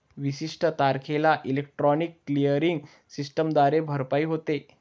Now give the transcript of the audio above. विशिष्ट तारखेला electronic clearing सिस्टमद्वारे भरपाई होते